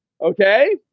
Okay